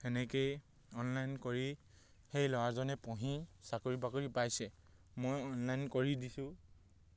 সেনেকৈয়ে অনলাইন কৰি সেই ল'ৰাজনে পঢ়ি চাকৰি বাকৰি পাইছে মই অনলাইন কৰি দিছোঁ